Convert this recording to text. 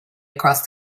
across